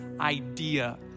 idea